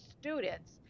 students